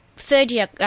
third-year